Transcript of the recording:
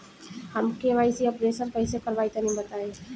हम KYC updation कइसे करवाई तनि बताई?